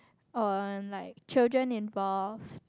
or like children involve